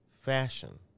fashion